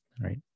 Right